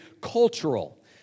cultural